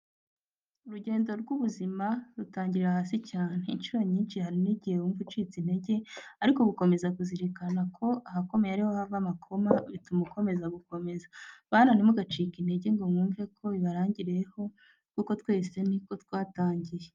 Urugendo rw'ubuzima rutangirira hasi cyane! Incuro nyinshi hari n'igihe wumva ucitse intege, ariko gukomeza kuzirikana ko ahakomeye ariho hava amakoma bituma ukomeza gukomeza. Bana, ntimugacike intege ngo mwumve ko bibarangiriyeho kuko twese ni uko twatangiye.